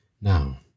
Now